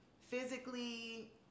physically